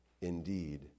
indeed